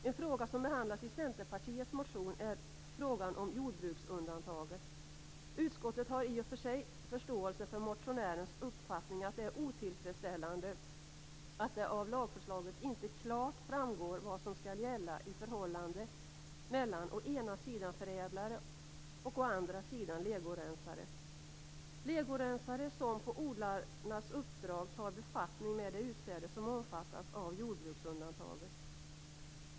En fråga som behandlas i Centerpartiets motion är frågan om jordbruksundantaget. Utskottet har i och för sig förståelse för motionärens uppfattning att det är otillfredsställande att det av lagförslaget inte klart framgår vad som skall gälla i förhållandet mellan å ena sidan förädlare och å andra sidan legorensare som på odlarnas uppdrag tar befattning med det utsäde som omfattas av jordbruksundantaget.